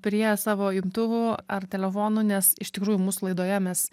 prie savo imtuvų ar telefonų nes iš tikrųjų mūsų laidoje mes